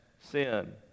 sin